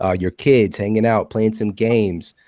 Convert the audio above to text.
ah your kids, hanging out, playing some games,